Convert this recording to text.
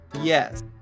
Yes